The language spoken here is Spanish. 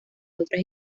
otras